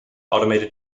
automated